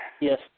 Yes